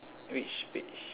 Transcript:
which page